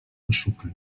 poszukaj